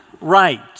right